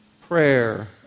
prayer